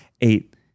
eight